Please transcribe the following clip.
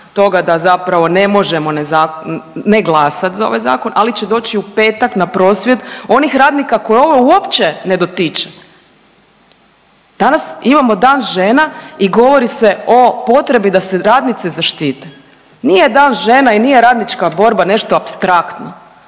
toga da zapravo ne možemo ne glasati za ovaj zakon, ali će doći u petak na prosvjed onih radnika koje ovo uopće ne dotiče. Danas imamo Dan žena i govori se o potrebi da se radnice zaštite. Nije Dan žena i nije radnička borba nešto apstraktno